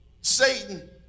Satan